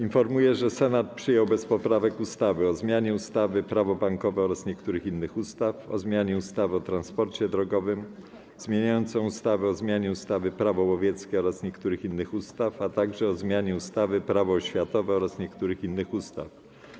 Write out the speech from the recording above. Informuję, że Senat przyjął bez poprawek ustawy: - o zmianie ustawy - Prawo bankowe oraz niektórych innych ustaw, - o zmianie ustawy o transporcie drogowym, - zmieniającą ustawę o zmianie ustawy - Prawo łowieckie oraz niektórych innych ustaw, - o zmianie ustawy - Prawo oświatowe oraz niektórych innych ustaw.